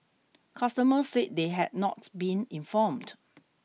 customers said they had not been informed